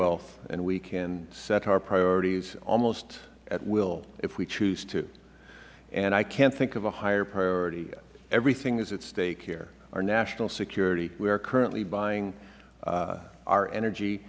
wealth and we can set our priorities almost at will if we choose to and i can't think of a higher priority everything is at stake here our national security we are currently buying our energy